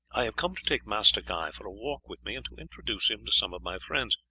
i have come to take master guy for a walk with me, and to introduce him to some of my friends.